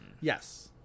yes